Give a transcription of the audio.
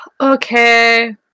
Okay